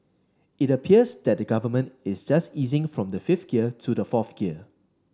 it appears that the Government is just easing from the fifth gear to the fourth gear